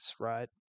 right